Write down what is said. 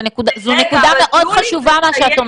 זו נקודה מאוד חשובה.